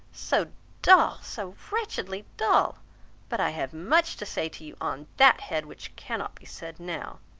so dull, so wretchedly dull but i have much to say to you on that head, which cannot be said now.